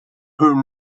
whom